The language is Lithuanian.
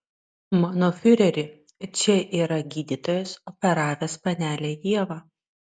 mano fiureri čia yra gydytojas operavęs panelę ievą